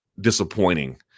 disappointing